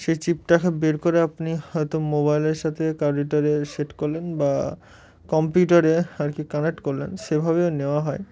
সেই চিপ টাকে বের করে আপনি হয়তো মোবাইলের সাথে কারিটারে সেট করলেন বা কম্পিউটারে আর কি কানেক্ট করলেন সেভাবেও নেওয়া হয়